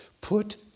Put